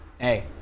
hey